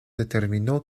determinó